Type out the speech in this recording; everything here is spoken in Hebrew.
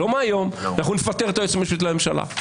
לא מהיום אנחנו נפטר את היועצת המשפטית לממשלה.